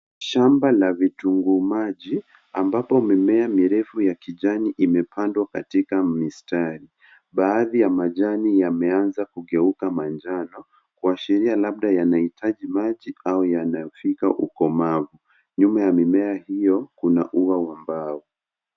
Shamba la vitunguu maji ambapo mimea mirefu ya kijani imepandwa katika mistari baadhi ya majani yameanza kugeuka manjano kuashiria labda yanahitaji maji au yanafika ukomavu nyuma ya mimea hio kuna ua la mbao.